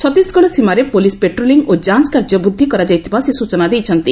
ଛତିଶଗଡ଼ ସୀମାରେ police patrolling ଓ ଯାଞ କାର୍ଯ୍ୟ ବୃଦ୍ଧି କରାଯାଇଥିବା ସେ ସ୍ଚନା ଦେଇଛନ୍ତି